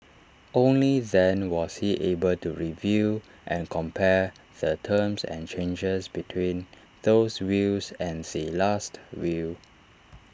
only then was he able to review and compare the terms and changes between those wills and the Last Will